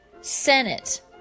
Senate